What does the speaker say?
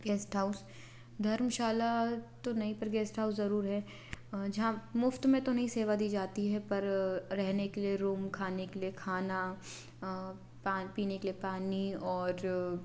guest house धर्मशाला तो नहीं पर गेस्ट हाउस ज़रूर है जहाँ मुफ़्त में तो नहीं सेवा दी जाती है पर रहने के लिए रूम खाने के लिए खाना पान पीने के लिए पानी और